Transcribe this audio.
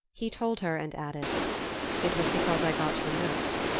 he told her, and added it was because i got your note.